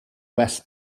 well